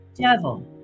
devil